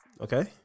Okay